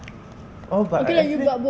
oh but actually